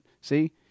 See